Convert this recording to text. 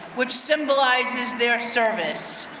which symbolizes their service.